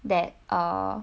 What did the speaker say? that err